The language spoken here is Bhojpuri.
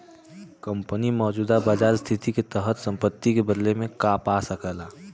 कंपनी मौजूदा बाजार स्थिति के तहत संपत्ति के बदले में का पा सकला